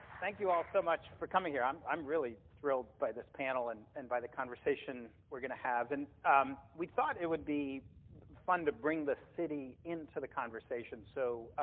thank you all so much for coming here. i'm i'm really thrilled by this panel, and and by the conversation we're going to have. and um we thought it would be fun to bring the city into the conversation, so